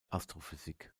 astrophysik